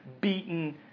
beaten